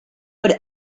would